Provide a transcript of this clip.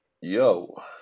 Yo